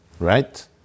Right